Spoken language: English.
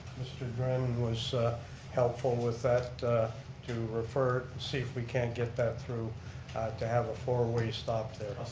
mr. dramond was helpful with that to refer, see if we can't get that through to have a four-way stop there.